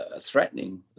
threatening